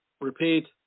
Repeat